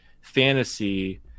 fantasy